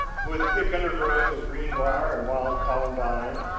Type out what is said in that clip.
with thick undergrowth of green-brier and wild columbine,